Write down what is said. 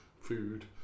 food